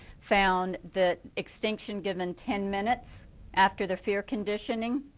found the extinction given ten minutes after the fear conditioning.